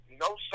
no